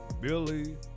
Billy